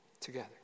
together